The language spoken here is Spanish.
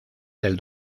del